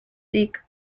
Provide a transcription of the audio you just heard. seek